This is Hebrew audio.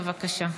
בבקשה.